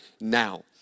now